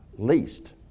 least